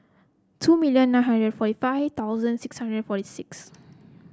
two million nine hundred forty five thousand six hundred forty six